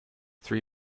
three